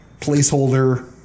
placeholder